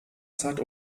zeit